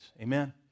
Amen